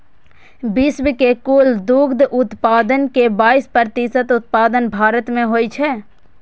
विश्व के कुल दुग्ध उत्पादन के बाइस प्रतिशत उत्पादन भारत मे होइ छै